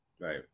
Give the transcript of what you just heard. Right